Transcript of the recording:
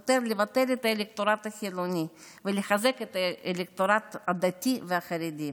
החותר לבטל את האלקטורט החילוני ולחזק את האלקטורט הדתי והחרדי,